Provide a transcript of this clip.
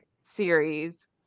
series